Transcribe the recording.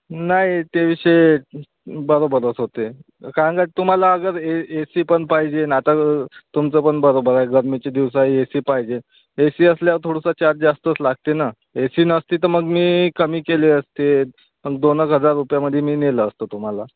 नाही ते विषय बरोबरच होते कारण का तुम्हाला अगर ए ए सी पण पाहिजे ना आता तुमचं पण बरोबर आहे गरमीचे दिवस ए सी पाहिजे ए सी असल्यावर थोडंसं चार्ज जास्तच लागते ना ए सी नसती तर मग मी कमी केली असते मग दोन एक हजार रुपयामध्ये मी नेलं असतो तुम्हाला